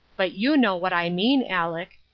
but you know what i mean, aleck,